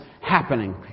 happening